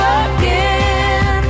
again